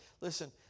Listen